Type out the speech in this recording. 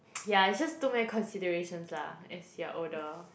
ya it's just too many considerations lah as you're older